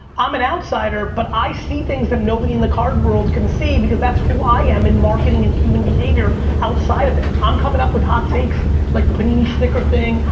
um an outsider but i see things that nobody in the card world can see because that's who i am in marketing and human behavior outside of it. i'm coming up with hot takes like the panini sticker thing,